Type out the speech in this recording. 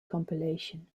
compilation